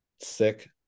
sick